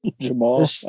Jamal